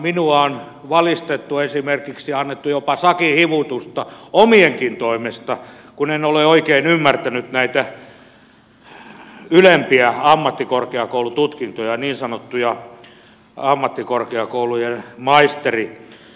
minua on valistettu esimerkiksi annettu jopa sakinhivutusta omienkin toimesta kun en ole oikein ymmärtänyt näitä ylempiä ammattikorkeakoulututkintoja niin sanottuja ammattikorkeakoulujen maisteritutkintoja